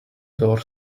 door